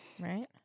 right